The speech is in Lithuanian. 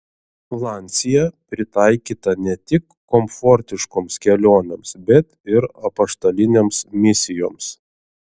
lancia pritaikyta ne tik komfortiškoms kelionėms bet ir apaštalinėms misijoms